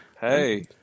hey